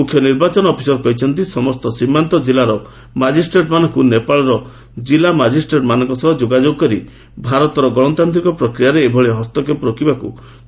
ମୁଖ୍ୟ ନିର୍ବାଚନ ଅଫିସର କହିଛନ୍ତି ସମସ୍ତ ସୀମାନ୍ତ ଜିଲ୍ଲାର ମାଜିଷ୍ଟ୍ରେଟ୍ମାନଙ୍କୁ ନେପାଳର ଜିଲ୍ଲା ମାଜିଷ୍ଟ୍ରେଟ୍ମାନଙ୍କ ସହ ଯୋଗାଯାଗ କରି ଭାରତର ଗଣତାନ୍ତ୍ରିକ ପ୍ରକ୍ରିୟାରେ ଏଭଳି ହସ୍ତକ୍ଷେପ ରୋକିବାକୁ କହିବାଲାଗି ନିର୍ଦ୍ଦେଶ ଦିଆଯାଇଛି